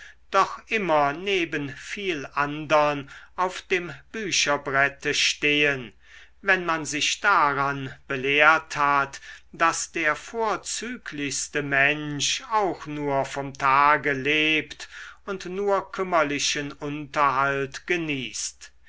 doch immer neben viel andern auf dem bücherbrette stehen wenn man sich daran belehrt hat daß der vorzüglichste mensch auch nur vom tage lebt und nur kümmerlichen unterhalt genießt